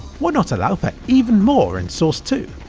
why not allow for even more in source two?